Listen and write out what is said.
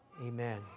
Amen